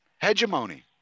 hegemony